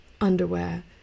underwear